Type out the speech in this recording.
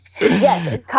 Yes